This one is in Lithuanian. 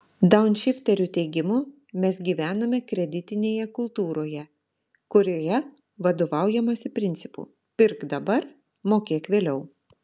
daunšifterių teigimu mes gyvename kreditinėje kultūroje kurioje vadovaujamasi principu pirk dabar mokėk vėliau